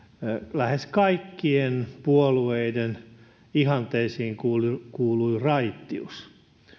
lähes kaikkien puolueiden ihanteisiin kuului kuului raittius